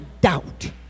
doubt